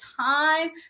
time